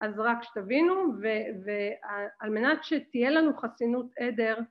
אז רק שתבינו, ועל מנת שתהיה לנו חסינות עדר